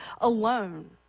alone